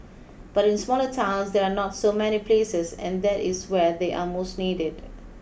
but in smaller towns there are not so many places and that is where they are most needed